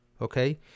Okay